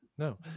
No